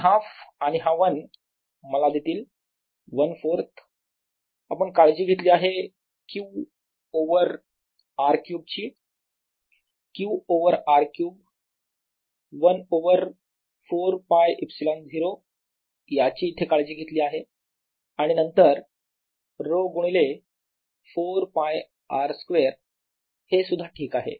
1 half आणि 1 हा मला देतील 1 4थ आपण काळजी घेतली आहे Q ओवर R क्यूब ची Q over R cube 1 over 4 π ε0 याची इथे काळजी घेतली आहे आणि नंतर ρ गुणिले 4 π R स्क्वेअर हेसुद्धा ठीक आहे